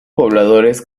pobladores